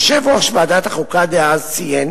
יושב-ראש ועדת החוקה דאז ציין: